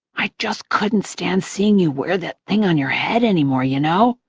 i just couldn't stand seeing you wear that thing on your head anymore, you know?